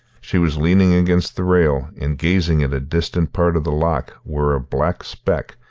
she was leaning against the rail, and gazing at a distant part of the loch where a black speck,